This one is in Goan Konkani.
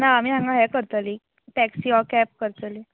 ना आमी हांगा हें करतलीं टॅक्सी ऑर कॅब करतलीं